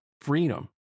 freedom